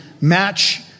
match